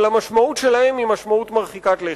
אבל יש להם משמעות מרחיקת לכת.